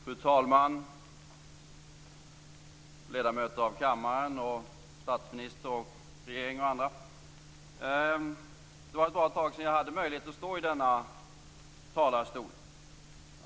Fru talman! Ledamöter av kammaren, statsministern, representanter för regeringen och andra! Det var ett bra tag sedan jag hade möjlighet att stå i denna talarstol.